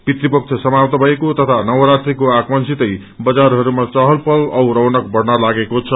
पितृपक्ष समाप्त भएको तथा नवरात्रिको आगमनसितै बजारहरूमा चहलपहल औ रौनक बढ़न लागेको छ